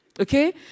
okay